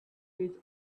his